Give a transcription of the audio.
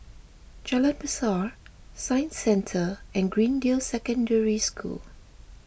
Jalan Besar Science Centre and Greendale Secondary School